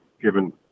given